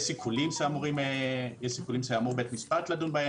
יש שיקול שאמור בית המשפט לדון בו.